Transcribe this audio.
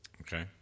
Okay